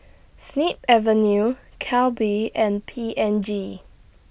Snip Avenue Calbee and P and G